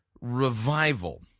Revival